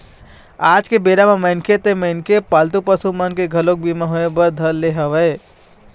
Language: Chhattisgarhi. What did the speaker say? आज के बेरा म मनखे ते मनखे पालतू पसु मन के घलोक बीमा होय बर धर ले हवय